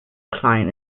client